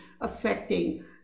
affecting